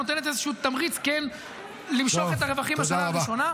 נותנת איזשהו תמריץ כן למשוך את הרווחים בשנה הראשונה.